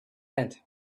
tent